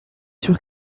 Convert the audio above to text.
sur